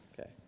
Okay